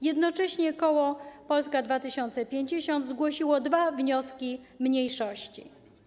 Jednocześnie koło Polska 2050 zgłosiło dwa wnioski mniejszości.